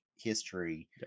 history